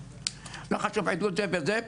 לא חשוב עדות זה וזה,